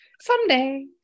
Someday